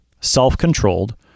self-controlled